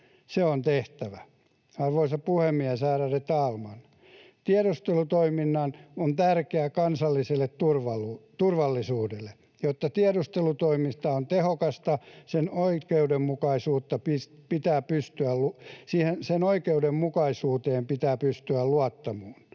se on tehtävä. Arvoisa puhemies, ärade talman! Tiedustelutoiminta on tärkeää kansalliselle turvallisuudelle. Jotta tiedustelutoiminta on tehokasta, sen oikeudenmukaisuuteen pitää pystyä luottamaan.